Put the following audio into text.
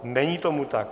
Není tomu tak.